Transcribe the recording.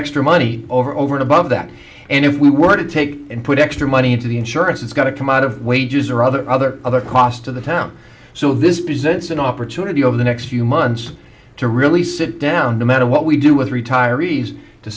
extra money over over and above that and if we were to take and put extra money into the insurance it's going to come out of wages or other other other costs to the town so this is it's an opportunity over the next few months to really sit down no matter what we do with retirees to